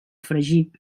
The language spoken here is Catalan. fregir